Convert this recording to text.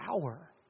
power